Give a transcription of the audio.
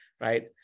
right